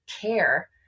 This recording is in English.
care